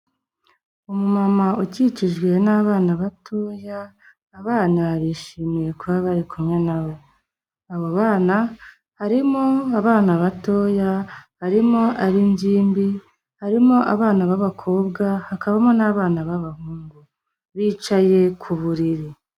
Umumama ukikijwe n'abana batoya, abana bishimiye kuba bari kumwe na we. Abo bana harimo abana batoya, harimo ab'ingimbi, harimo abana b'abakobwa, hakabamo n'abana b'abahungu. Bicaye ku buriri.